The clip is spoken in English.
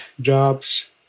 jobs